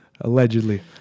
Allegedly